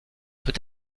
peut